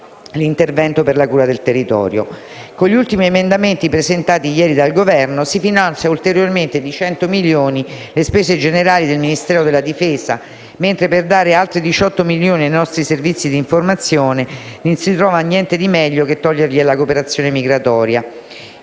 l'intervento per la cura del territorio. Con gli ultimi emendamenti presentati ieri dal Governo si finanziano ulteriormente, di 100 milioni, le spese generali del Ministero della difesa, mentre per dare altri 18 milioni ai nostri servizi di informazione non si trova niente di meglio che toglierli alla cooperazione migratoria.